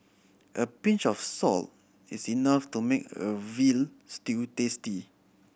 a pinch of salt is enough to make a veal stew tasty